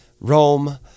Rome